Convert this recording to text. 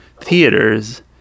theaters